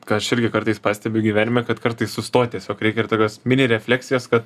ką aš irgi kartais pastebiu gyvenime kad kartais sustot tiesiog reikia ir tokios mini refleksijos kad